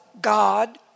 God